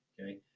okay